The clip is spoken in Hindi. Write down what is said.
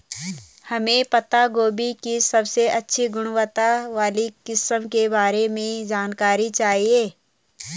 हमें पत्ता गोभी की सबसे अच्छी गुणवत्ता वाली किस्म के बारे में जानकारी चाहिए?